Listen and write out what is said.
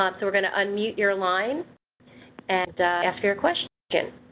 um so we're gonna unmute your line and ask your question again.